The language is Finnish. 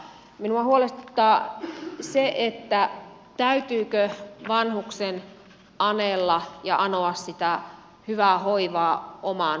minua huolestuttaa se täytyykö vanhuksen anella ja anoa sitä hyvää hoivaa omaan kotiin